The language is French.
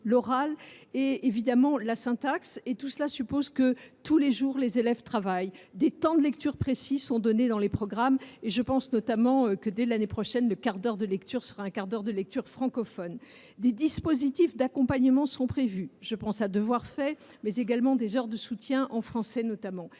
l’oral et, évidemment, la syntaxe. Tout cela suppose que, tous les jours, les élèves travaillent. Des temps de lecture précis sont donnés dans les programmes. Dès l’année prochaine, le quart d’heure de lecture sera un quart d’heure de lecture francophone. Des dispositifs d’accompagnement sont également prévus ; je pense au dispositif Devoirs faits, mais également aux heures de soutien, en français notamment.